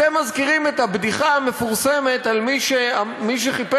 אתם מזכירים את הבדיחה המפורסמת על מי שחיפש